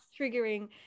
triggering